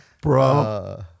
Bro